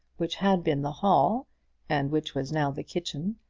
which had been the hall and which was now the kitchen,